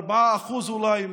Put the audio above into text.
4% אולי,